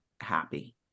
happy